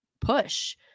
push